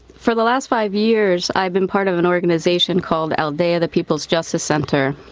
for the last five years i've been part of an organization called aldea, the people's justice center.